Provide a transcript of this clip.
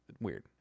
weird